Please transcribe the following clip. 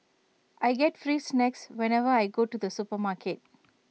I get free snacks whenever I go to the supermarket